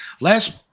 last